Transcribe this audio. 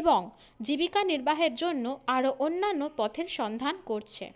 এবং জীবিকা নির্বাহের জন্য আরো অন্যান্য পথের সন্ধান করছে